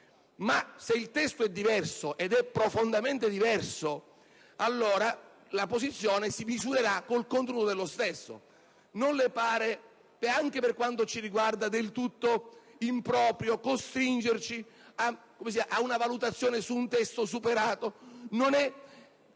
Ma se il testo sarà profondamente diverso, allora la posizione si misurerà con il contenuto dello stesso. Non le pare, anche per quanto ci riguarda, del tutto improprio costringerci alla valutazione di un testo superato?